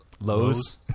Lowe's